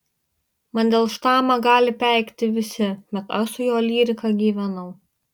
mandelštamą gali peikti visi bet aš su jo lyrika gyvenau